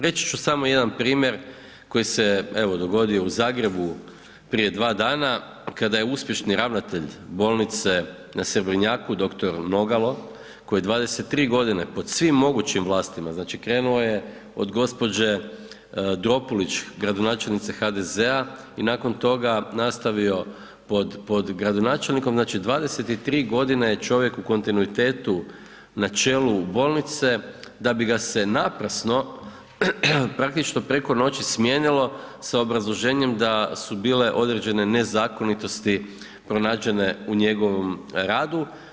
Reći ću samo jedan primjer koji se evo, dogodio u Zagrebu prije 2 dana kada je uspješni ravnatelj bolnice na Srebrnjaku, dr. Nogalo, koji 23 godine pod svim mogućim vlastima, znači krenuo je od gđe. Dropulić, gradonačelnice HDZ-a i nakon toga nastavio pod gradonačelnikom, znači 23 godine je čovjek u kontinuitetu na čelu bolnice da bi ga se naprasno, praktično preko noći smijenilo sa obrazloženjem da su bile određene nezakonitosti pronađene u njegovom radu.